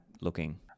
looking